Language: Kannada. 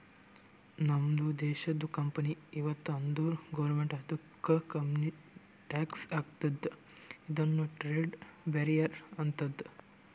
ನಮ್ದು ದೇಶದು ಕಂಪನಿ ಇತ್ತು ಅಂದುರ್ ಗೌರ್ಮೆಂಟ್ ಅದುಕ್ಕ ಕಮ್ಮಿ ಟ್ಯಾಕ್ಸ್ ಹಾಕ್ತುದ ಇದುನು ಟ್ರೇಡ್ ಬ್ಯಾರಿಯರ್ ಆತ್ತುದ